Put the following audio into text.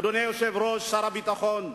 אדוני היושב-ראש, שר הביטחון,